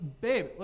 babe